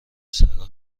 سگا